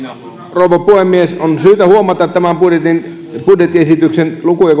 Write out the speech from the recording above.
rouva puhemies on syytä huomata se kun tämän budjettiesityksen lukuja